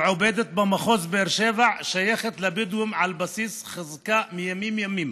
במחוז באר שבע שייכת לבדואים על בסיס חזקה מימים ימימה.